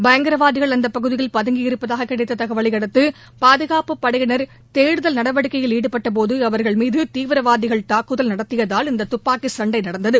பயங்கரவாதிகள் அந்த பகுதியில் பதங்கி இருப்பதாகக் கிடைத்த தகவலை அடுத்து பாதுகாப்புப் படையினா் தேடுதல் நடவடிக்கையில் ஈடுபட்டபோது அவா்கள் மீது தீவிரவாதிகள் தாக்குதல் நடத்தியதால் இந்த தப்பாக்கி சண்டை நடந்தது